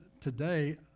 today